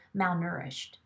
malnourished